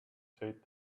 said